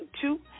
two